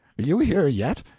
you here yet?